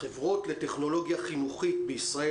החברות לטכנולוגיה חינוכית בישראל,